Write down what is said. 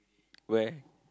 where